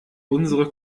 unsere